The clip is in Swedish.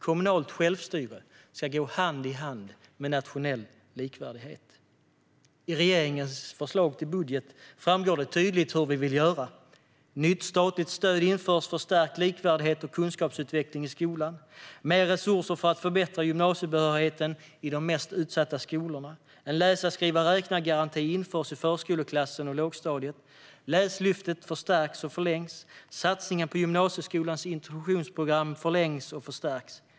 Kommunalt självstyre ska gå hand i hand med nationell likvärdighet. I regeringens förslag till budget framgår det tydligt hur vi vill göra. Ett nytt statligt stöd införs för stärkt likvärdighet och kunskapsutveckling i skolan. Mer resurser för att förbättra gymnasiebehörigheten i de mest utsatta skolorna. En läsa-skriva-räkna-garanti införs i förskoleklassen och lågstadiet. Läslyftet förstärks och förlängs. Satsningen på gymnasieskolans introduktionsprogram förlängs och förstärks.